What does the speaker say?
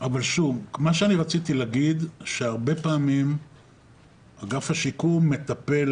רציתי להגיד שהרבה פעמים אגף השיקום מטפל